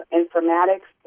informatics